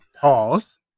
Pause